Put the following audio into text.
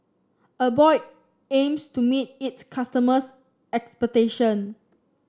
Abbott aims to meet its customers' expectation